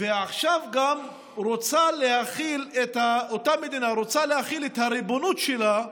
ועכשיו אותה מדינה גם רוצה להחיל את הריבונות שלה,